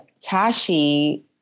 Tashi